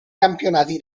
campionati